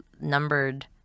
numbered